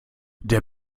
der